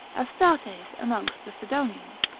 astartes amongst the sidonians,